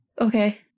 Okay